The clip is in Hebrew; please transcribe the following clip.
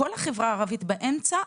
כל החברה הערבית באמצע,